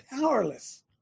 powerless